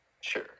sure